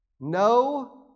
No